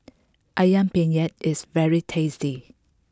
Ayam Penyet is very tasty